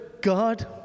God